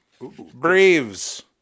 Braves